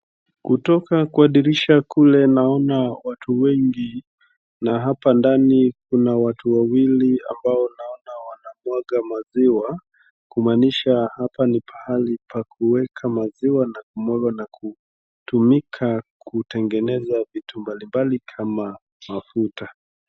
Kutoka kwa dirisha kule naona watu wengi na hapa ndani kuna watu wawili ambao naona wanamwaga maziwa, kumaanisha hapa ni pahali pa kuweka maziwa na kumwaga na kutumika kutengeneza vitu mbalimbali kama mafuta.